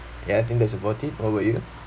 ya I think that's about it what about you